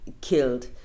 killed